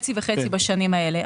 כאילו חצי וחצי בשנים האלה .